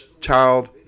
child